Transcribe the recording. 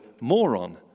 moron